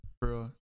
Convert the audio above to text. Bro